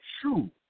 true